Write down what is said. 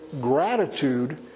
gratitude